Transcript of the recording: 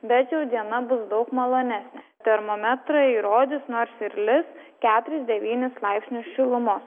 bet jau diena bus daug malonesnė termometrai rodys nors ir lis keturis devynis laipsnius šilumos